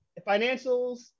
financials